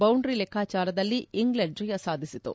boundary ಲೆಕಾಚಾರದಲ್ಲಿ England ಜಯ ಸಾಧಿಸಿತು